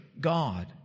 God